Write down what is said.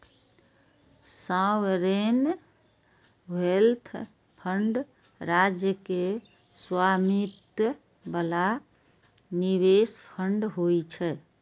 sovereign wealth fund राज्य के स्वामित्व बला निवेश फंड होइ छै